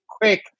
quick